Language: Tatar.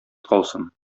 калсын